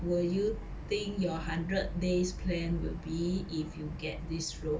will you think your hundred days plan will be if you get this role